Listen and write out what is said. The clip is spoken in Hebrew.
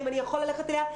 האם אני יכול ללכת אליה?